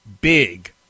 big